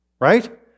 right